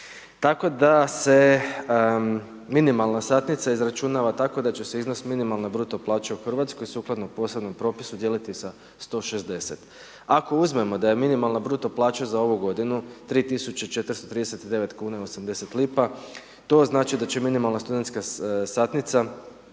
Tako da se minimalna satnica izračunava tako da će se iznos minimalna bruto plaća u Hrvatskoj sukladno posebnom propisu dijeliti sa 160. Ako uzmemo da je minimalna bruto plaća za ovu godinu 3 tisuće 439 kuna i 80 lipa, to znači da će minimalna studentska satnica,